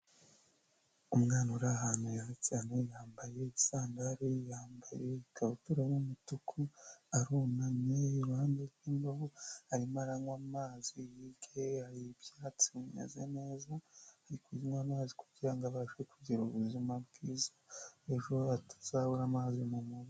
Umwana uri ahantu heza cyane yambaye isandali, yambaye ikabutura y'umutuku arunamye iruhande rw'indobo arimo aranywa amazi yiga hari ibyatsi bimezeze neza arikunywa amazi kugira ngo abashe kugira ubuzima bwiza ejo atazabura amazi mu mubiri.